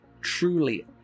truly